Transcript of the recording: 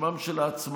בשמם של העצמאים,